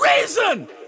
Reason